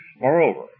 Moreover